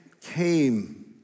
came